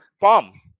palm